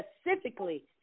specifically